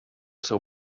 seu